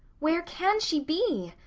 where can she be?